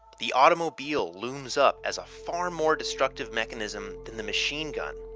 the automobile looms up as a far more destructive mechanism than the machine gun.